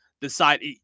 decide